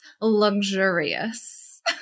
luxurious